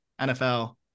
NFL